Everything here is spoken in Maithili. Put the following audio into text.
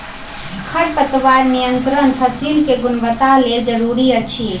खरपतवार नियंत्रण फसील के गुणवत्ताक लेल जरूरी अछि